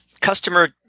customer –